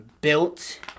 built